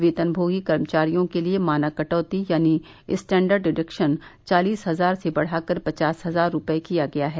वेतनभोगी कर्मचारियों के लिए मानक कटौती यानी स्टैंडर्ड डिडेक्शन चालिस हजार से बढ़ाकर पचास हजार रूपये किया गया है